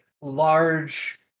large